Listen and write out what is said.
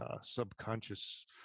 subconscious